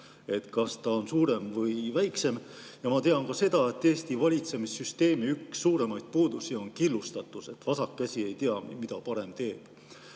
kas see on suurem või väiksem. Ma tean ka seda, et Eesti valitsemissüsteemi üks suuremaid puudusi on killustatus, vasak käsi ei tea, mida parem teeb.